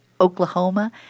Oklahoma